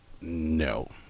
no